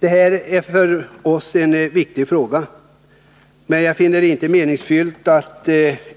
Detta är för oss en viktig fråga, men jag finner det inte meningsfullt att